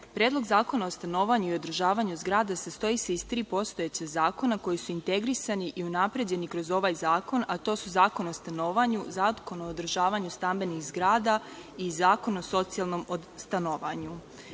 Predlog zakona o stanovanju i održavanju zgrada sastoji se iz tri postojeća zakona koji su integrisani i unapređeni kroz ovaj zakon, a to su Zakon o stanovanju, Zakon o održavanju stambenih zgrada i Zakon o socijalnom stanovanju.